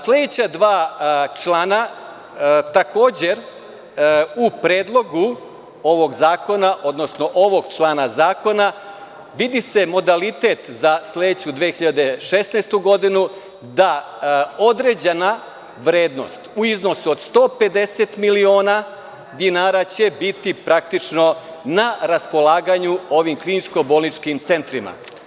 Sledeća dva člana takođe u predlogu ovog zakona, odnosno ovog člana zakona vidi se modalitet za sledeću 2016. godinu da određena vrednost u iznosu od 150 miliona dinara će biti praktično na raspolaganju ovim kliničko-bolničkim centrima.